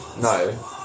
no